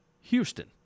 Houston